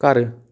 ਘਰ